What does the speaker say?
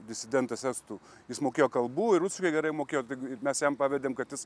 disidentas estų jis mokėjo kalbų ir rusiškai gerai mokėjo ir mes jam pavedėm kad jis